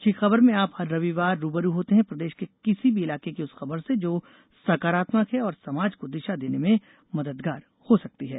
अच्छी खबर में आप हर रविवार रू ब रू होते हैं प्रदेश के किसी भी इलाके की उस खबर से जो सकारात्मक है और समाज को दिशा देने में मददगार हो सकती है